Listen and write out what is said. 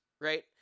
right